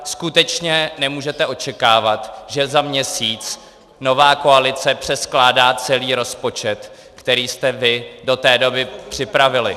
Skutečně nemůžete očekávat, že za měsíc nová koalice přeskládá celý rozpočet, který jste vy do té doby připravili.